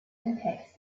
olympics